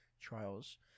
Trials